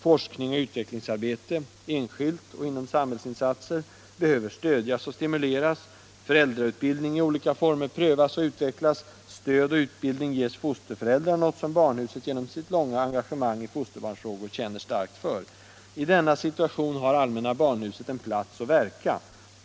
Forskning och utvecklingsarbete — enskilt och inom samhällsinstanser — behöver stödjas och stimuleras, föräldrautbildning i olika former prövas och utvecklas, stöd och utbildning ges fosterföräldrar — något som barnhuset genom sitt långa engagemang i fosterbarnsfrågor känner starkt för. I denna situation har Allmänna barnhuset en plats att verka.